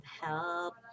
help